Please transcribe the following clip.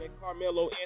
Carmelo